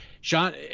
Sean